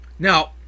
Now